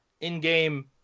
in-game